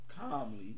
calmly